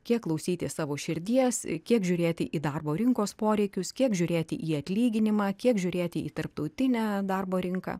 kiek klausyti savo širdies ir kiek žiūrėti į darbo rinkos poreikius kiek žiūrėti į atlyginimą kiek žiūrėti į tarptautinę darbo rinką